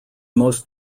most